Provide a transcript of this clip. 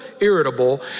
irritable